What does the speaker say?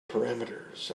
parameters